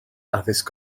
addysg